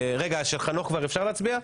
רגע, על של חנוך כבר אפשר להצביע?